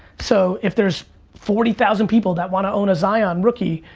so if there's forty thousand people that wanna own a zion rookie,